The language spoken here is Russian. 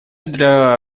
для